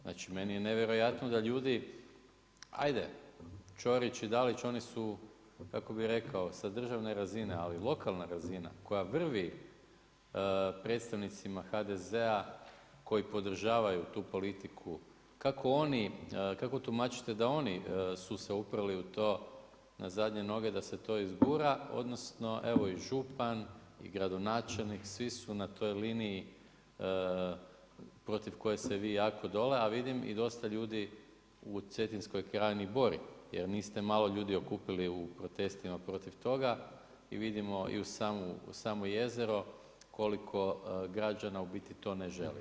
Znači meni je nevjerojatno da ljudi ajde Ćorić i Dalić oni su kako bi rekao da državne razine, ali lokalna razina koja vrvi predstavnicima HDZ-a koji podržavaju tu politiku, kako tumačite da su se oni uprli u to na zadnje noge da se to izgura odnosno evo i župan i gradonačelnik, svi su na toj liniji protiv koje ste vi jako dole, a vidim i dosta ljudi u Cetinskoj krajini bori jer niste malo ljudi okupili u protestima protiv toga i vidimo uz samo jezero koliko građana u biti to ne želi.